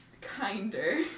kinder